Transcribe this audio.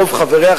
רוב חבריה,